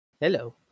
Hello